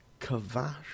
Kavash